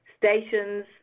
stations